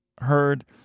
heard